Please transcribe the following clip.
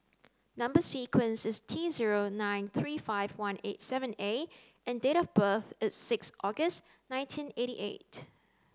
number sequence is T zero nine three five one eight seven A and date of birth is six August nineteen eighty eight